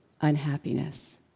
unhappiness